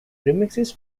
remixes